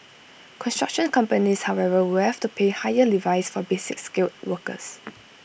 construction companies however will have to pay higher levies for basic skilled workers